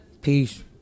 Peace